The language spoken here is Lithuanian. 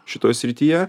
šitoj srityje